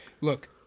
look